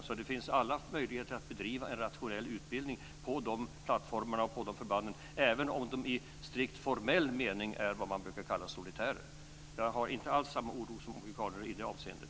Så det finns alla möjligheter att bedriva en rationell utbildning på de förbanden, även om de i strikt formell mening är vad man brukar kalla solitärer. Jag har inte alls samma oro som Åke Carnerö i det avseendet.